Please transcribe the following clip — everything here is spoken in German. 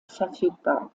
verfügbar